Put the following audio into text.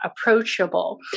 approachable